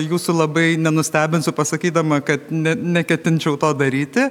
jūsų labai nenustebinsiu pasakydama kad ne neketinčiau to daryti